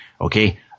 Okay